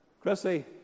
Chrissy